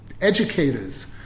educators